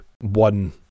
one